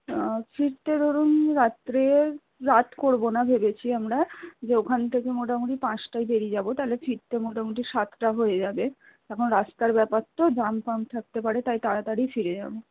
আর ফিরতে ধরুন রাত্রের রাত করবো না ভেবেছি আমরা যে ওখান থেকে মোটামুটি পাঁচটায় বেরিয়ে যাব তাহলে ফিরতে মোটামুটি সাতটা হয়ে যাবে এখন রাস্তার ব্যাপার তো জাম ফাম থাকতে পারে তাই তাড়াতাড়িই ফিরে যাব